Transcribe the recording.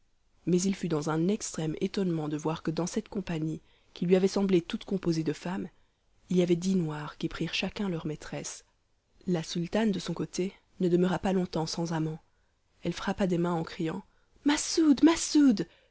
mais il fut dans un extrême étonnement de voir que dans cette compagnie qui lui avait semblé toute composée de femmes il y avait dix noirs qui prirent chacun leur maîtresse la sultane de son côté ne demeura pas longtemps sans amant elle frappa des mains en criant masoud masoud